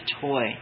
toy